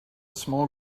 small